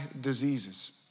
diseases